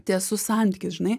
tiesus santykis žinai